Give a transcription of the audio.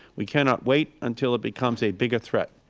we cannot wait until it becomes a bigger threat.